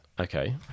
Okay